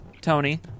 Tony